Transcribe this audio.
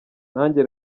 nanjye